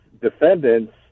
defendants